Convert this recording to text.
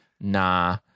nah